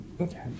Okay